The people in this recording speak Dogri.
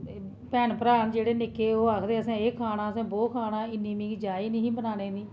भैन भ्रा न जेह्ड़े निक्के ओह् आखदे के असें एह खाना असें ओह् खाना इन्नी मिकी जाच नेईं ही बनाने दी